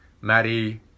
Maddie